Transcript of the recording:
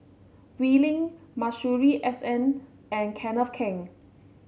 Wee Lin Masuri S N and Kenneth Keng